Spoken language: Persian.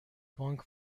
بانک